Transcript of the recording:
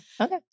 Okay